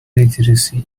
literacy